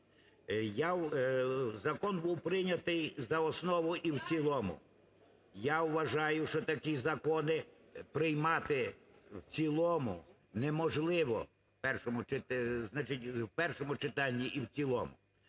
закон був прийнятий за основу і в цілому. Я вважаю, що такі закони приймати в цілому неможливо в першому читанні і в цілому.